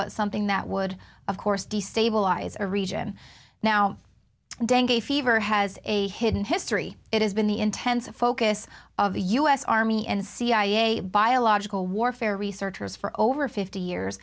but something that would of course destabilize a region now dengue fever has a hidden history it has been the intensive focus of the u s army and cia biological warfare researchers for over fifty years